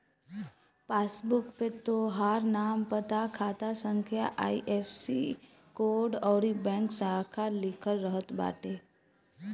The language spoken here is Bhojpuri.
पासबुक पे तोहार नाम, पता, खाता संख्या, आई.एफ.एस.सी कोड अउरी बैंक शाखा लिखल रहत बाटे